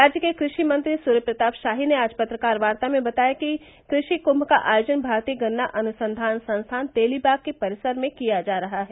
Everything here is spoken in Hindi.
राज्य के कृषि मंत्री सूर्य प्रताप शाही ने आज पत्रकार वार्ता में बताया कि कृषि कुंम का आयोजन भारतीय गन्ना अनुसंघान संस्थान तेलीवाग के परिसर में किया जा रहा है